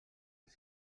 els